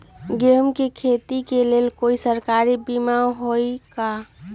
गेंहू के खेती के लेल कोइ सरकारी बीमा होईअ का?